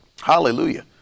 Hallelujah